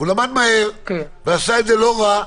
והוא למד מהר, ועשה את זה לא רע,